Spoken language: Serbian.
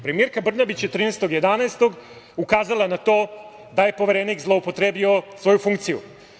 Premijerka Brnabić je 13. novembra, ukazala na to da je Poverenik zloupotrebio svoju funkciju.